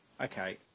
okay